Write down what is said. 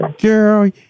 girl